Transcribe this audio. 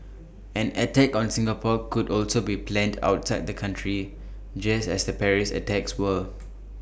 an attack on Singapore could also be planned outside the country just as the Paris attacks were